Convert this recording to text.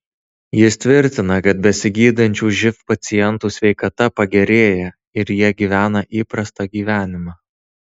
jis tvirtina kad besigydančių živ pacientų sveikata pagerėja ir jie gyvena įprastą gyvenimą